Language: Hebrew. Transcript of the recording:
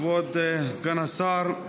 כבוד סגן השר,